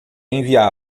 enviá